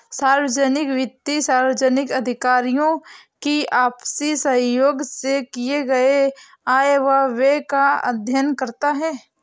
सार्वजनिक वित्त सार्वजनिक अधिकारियों की आपसी सहयोग से किए गये आय व व्यय का अध्ययन करता है